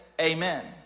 amen